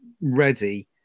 ready